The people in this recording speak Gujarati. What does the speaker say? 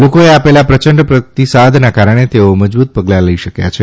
લોકોએ આપેલા પ્રચંડ પ્રતિસાદના કારણે તેઓ મજબૂત પગલાં લઇ શક્યા છે